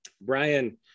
Brian